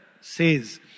says